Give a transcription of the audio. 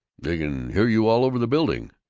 they can hear you all over the building!